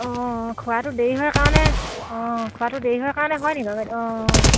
অঁ খোৱাটো দেৰি হোৱাৰ কাৰণে অঁ খোৱাটো দেৰি হোৱাৰ কাৰণে হয়নি বাৰু বাইদেউ অঁ